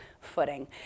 footing